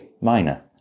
Minor